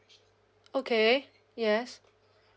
okay yes